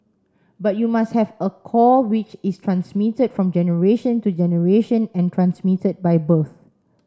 but you must have a core which is transmitted from generation to generation and transmitted by birth